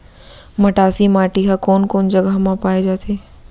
मटासी माटी हा कोन कोन जगह मा पाये जाथे?